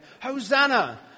Hosanna